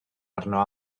arno